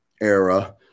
era